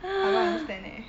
I don't understand leh